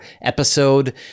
episode